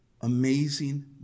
amazing